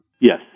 Yes